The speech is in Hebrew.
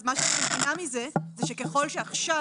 אז מה שאני מבינה מזה זה שככל שעכשיו